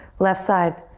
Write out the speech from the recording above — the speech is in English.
left side.